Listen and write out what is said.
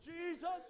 Jesus